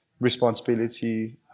responsibility